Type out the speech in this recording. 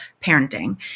parenting